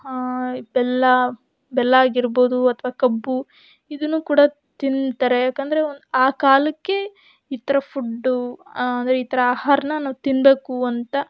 ಬೆಲ್ಲ ಬೆಲ್ಲ ಆಗಿರ್ಬೊದು ಅಥವಾ ಕಬ್ಬು ಇದನ್ನು ಕೂಡ ತಿಂತಾರೆ ಯಾಕಂದರೆ ಒನ್ ಆ ಕಾಲಕ್ಕೆ ಈ ಥರ ಫುಡ್ಡು ಅಂದರೆ ಈ ಥರ ಆಹಾರನ ನಾವು ತಿನ್ನಬೇಕು ಅಂತ